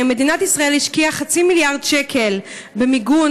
מדינת ישראל השקיעה חצי מיליארד שקל במיגון